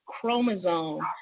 chromosome